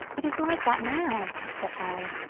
it is like that now, said harry.